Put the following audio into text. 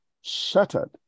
shattered